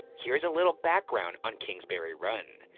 here's a little background on kingsbury run.